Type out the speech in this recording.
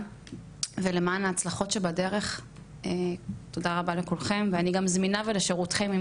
ולמען ההצלחות שבדרך תודה רבה לכולכם ואני גם זמינה פה לשרותכם,